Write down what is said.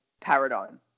paradigm